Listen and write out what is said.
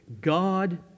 God